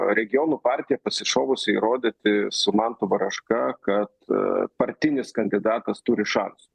regionų partija pasišovusi įrodyti su mantu varaška kad partinis kandidatas turi šansų